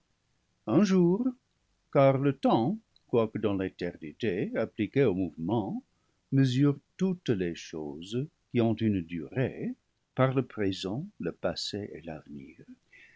un jour car le temps quoique dans l'éternité appliqué au mouvement mesure toutes les choses qui ont une durée par le présent le passé et l'avenir